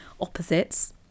opposites